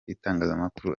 itangazamakuru